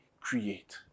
create